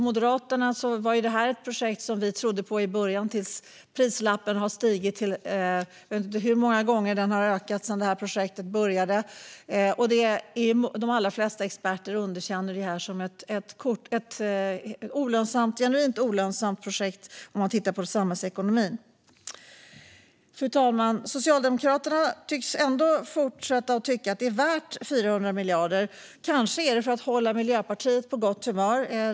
Moderaterna trodde på detta projekt i början tills prislappen började stiga. Jag vet inte hur många gånger den har ökat sedan projektet startade. De allra flesta experter underkänner dessutom det här som ett genuint olönsamt projekt sett till samhällsekonomin. Fru talman! Socialdemokraterna tycker tydligen även fortsättningsvis att det är värt 400 miljarder. Kanske beror det på att de vill hålla Miljöpartiet på gott humör.